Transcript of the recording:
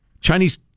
Chinese